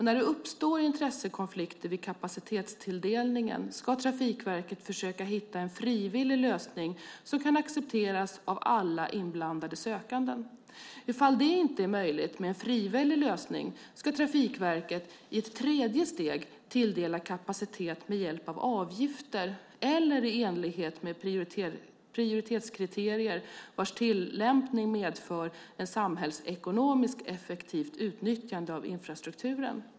När det uppstår intressekonflikter vid kapacitetstilldelningen ska Trafikverket försöka hitta en frivillig lösning som kan accepteras av alla inblandade sökande. Ifall det inte är möjligt med en frivillig lösning ska Trafikverket, i ett tredje steg, tilldela kapacitet med hjälp av avgifter eller i enlighet med prioritetskriterier vars tillämpning medför ett samhällsekonomiskt effektivt utnyttjande av infrastrukturen.